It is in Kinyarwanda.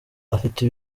afite